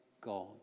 God